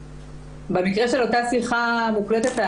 במקרה של אותה שיחה מוקלטת,